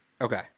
okay